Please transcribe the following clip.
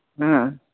ꯎꯝ